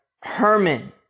Herman